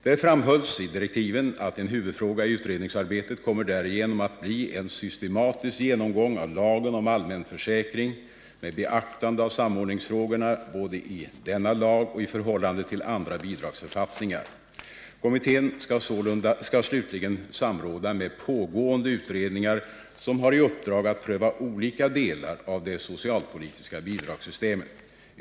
Det framhölls i direktiven att en huvudfråga i utredningsarbetet därigenom kommer att bli en systematisk genomgång av lagen om allmän försäkring med beaktande av samordningsfrågorna i denna lag och i förhållande till andra bidragsförfattningar. Kommittén skall slutligen samråda med pågående utredningar som har i uppdrag att pröva olika delar av det socialpolitiska bidragssystemet.